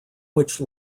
which